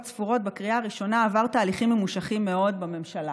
ספורות בקריאה הראשונה עבר תהליכים ממושכים מאוד בממשלה.